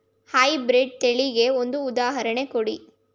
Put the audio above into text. High breed ತಳಿಗೆ ಒಂದು ಉದಾಹರಣೆ ಕೊಡಿ?